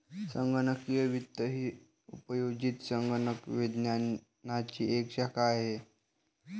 संगणकीय वित्त ही उपयोजित संगणक विज्ञानाची एक शाखा आहे